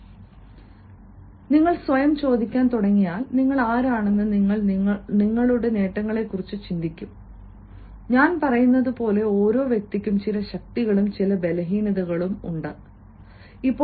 അതിനാൽ നിങ്ങൾ സ്വയം ചോദിക്കാൻ തുടങ്ങിയാൽ നിങ്ങൾ ആരാണെന്ന് നിങ്ങൾ നിങ്ങളുടെ നേട്ടങ്ങളെക്കുറിച്ച് ചിന്തിക്കും ഞാൻ പറയുന്നതുപോലെ ഓരോ വ്യക്തിക്കും ചില ശക്തികളും ചില ബലഹീനതകളും ഉണ്ടായിരുന്നു